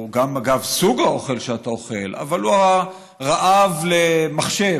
הוא גם סוג האוכל שאתה אוכל, וזה רעב למחשב,